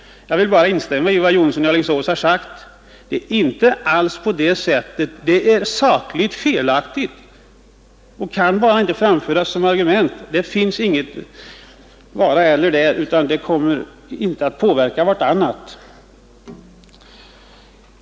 Jag vill bara instämma i vad herr Jonsson i Alingsås sagt att det inte alls förhåller sig på det sättet som utskottet påstått. Det är felaktigt att anföra det argumentet. De sakerna har inte med varandra att göra.